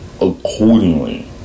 accordingly